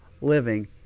living